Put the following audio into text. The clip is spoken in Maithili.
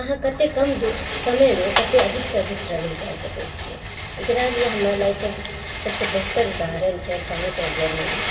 अहाँ कते कम समयमे कतेक अधिक से अधिक ट्रेवल कऽ सकै छी एकरा लिए हमरा लागैछै जे सभसँ बेहतर उदाहरण छै फ्रान्स और जर्मनी